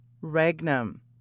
regnum